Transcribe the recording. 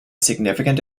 significant